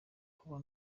kuba